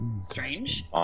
Strange